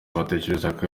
batekerezaga